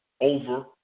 over